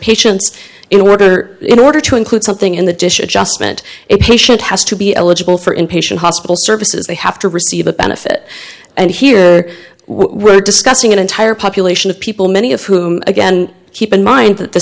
patients in order in order to include something in the dish adjustment a patient has to be eligible for inpatient hospital services they have to receive a benefit and here we're discussing an entire population of people many of whom again keep in mind that the